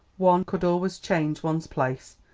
one could always change one's place,